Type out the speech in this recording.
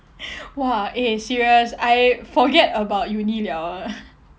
!wah! eh serious I forget about uni liao